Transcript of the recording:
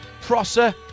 Prosser